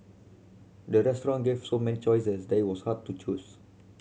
the restaurant gave so many choices that it was hard to choose